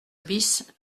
bis